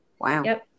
Wow